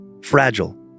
fragile